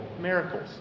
miracles